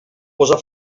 posar